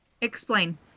Explain